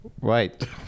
Right